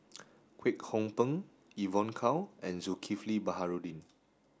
Kwek Hong Png Evon Kow and Zulkifli Baharudin